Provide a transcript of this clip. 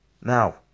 Now